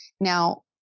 Now